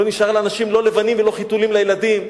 לאנשים לא נשארו לא לבנים ולא חיתולים לילדים.